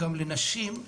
גם לנשים,